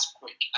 quick